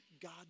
God